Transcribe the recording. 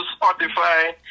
Spotify